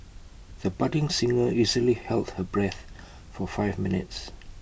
the budding singer easily held her breath for five minutes